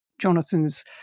Jonathan's